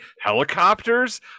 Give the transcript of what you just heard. Helicopters